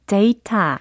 data